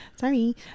sorry